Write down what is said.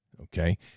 Okay